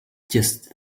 just